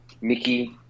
Mickey